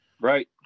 Right